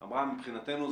מבחינתנו,